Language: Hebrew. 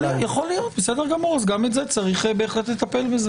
יכול להיות, בסדר גמור, בהחלט צריך גם בזה לטפל.